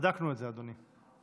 בדקנו את זה, אדוני.